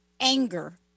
anger